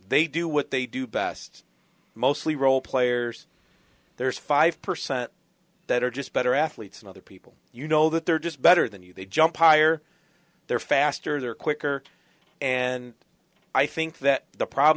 they do what they do best mostly role players there's five percent that are just better athletes and other people you know that they're just better than you they jump higher they're faster they're quicker and i think that the problem